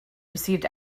received